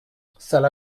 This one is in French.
sale